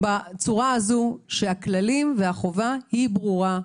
בצורה הזאת שהכללים והחובה ברורים.